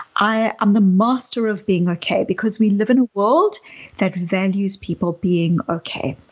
i'm the master of being okay, because we live in a world that values people being okay,